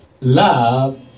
Love